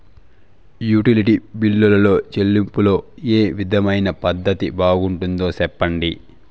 Utility బిల్లులో చెల్లింపులో ఏ విధమైన పద్దతి బాగుంటుందో సెప్పండి?